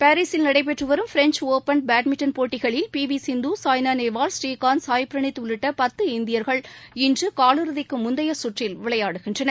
பாரிஸில் நடைபெற்று வரும் ஃபிரென்ச் ஓபன் பேட்மிண்டன் போட்டிகளில் பி வி சிந்து சாய்னாநேவால் ஸ்ரீகாந்த் சாய் பிரனித் உள்ளிட்ட பத்து இந்தியர்கள் இன்று கால் இறுதிக்கு முந்தைய சுற்றில் விளையாடுகின்றனர்